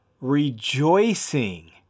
rejoicing